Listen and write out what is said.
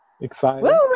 Excited